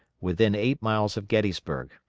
within eight miles of gettysburg.